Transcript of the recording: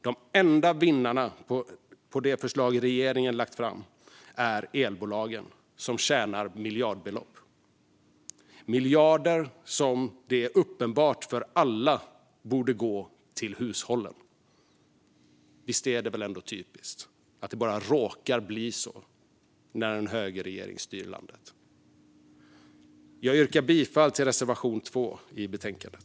De enda vinnarna på det förslag regeringen lagt fram är elbolagen, som tjänar miljardbelopp - pengar som det är uppenbart för alla borde gå till hushållen. Visst är det typiskt att det bara råkar bli så när en högerregering styr landet? Jag yrkar bifall till reservation 2 i betänkandet.